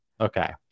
Okay